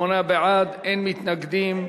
38 בעד, אין מתנגדים,